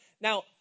Now